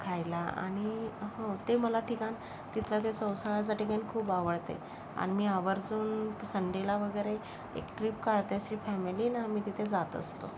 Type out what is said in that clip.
खायला आणि हं ते मला ठिकाण तिथलं ते चौसाळाचं ठिकाण खूप आवडते अन मी आवर्जून संडेला वगैरे एक ट्रिप काढते अशी फॅमिली आणि आम्ही तिथे जात असतो